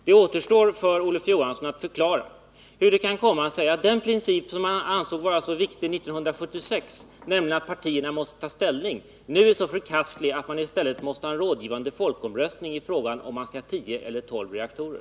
Det återstår för Olof Johansson att förklara hur det kan komma sig att den princip som han ansåg vara så viktig 1976, nämligen att partierna måste ta ställning, nu är så förkastlig att man i stället måste ha en rådgivande folkomröstning om frågan om man skall ha tio eller tolv reaktorer.